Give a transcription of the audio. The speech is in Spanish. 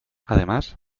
además